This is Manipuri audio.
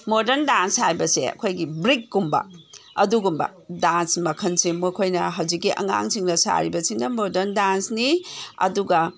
ꯃꯣꯔꯗꯔꯟ ꯗꯥꯟꯁ ꯍꯥꯏꯕꯁꯦ ꯑꯩꯈꯣꯏꯒꯤ ꯕ꯭ꯔꯤꯛꯀꯨꯝꯕ ꯑꯗꯨꯒꯨꯝꯕ ꯗꯥꯟꯁ ꯃꯈꯜꯁꯤ ꯃꯈꯣꯏꯅ ꯍꯧꯖꯤꯛꯀꯤ ꯑꯉꯥꯡꯁꯤꯡꯅ ꯁꯥꯔꯤꯕꯁꯤꯅ ꯃꯣꯔꯗꯔꯟ ꯗꯥꯟꯁꯅꯤ ꯑꯗꯨꯒ